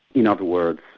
in other words,